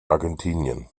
argentinien